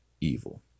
evil